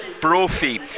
Brophy